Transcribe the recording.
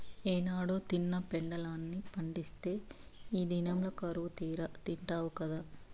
ఏనాడో తిన్న పెండలాన్ని పండిత్తే ఈ దినంల కరువుతీరా తిండావు గదా